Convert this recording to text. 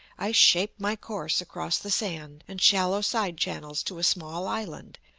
i shape my course across the sand and shallow side-channels to a small island,